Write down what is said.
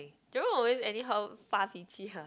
Jerome always anyhow Fa Pi Qi one